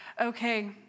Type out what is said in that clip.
okay